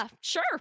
sure